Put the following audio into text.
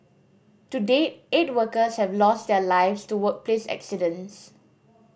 to date eight workers have lost their lives to workplace accidents